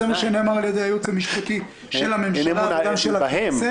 זה מה שנאמר על ידי הייעוץ המשפטי של הממשלה וגם של הכנסת.